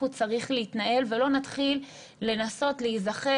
הוא צריך להתנהל ולא נתחיל לנסות להיזכר,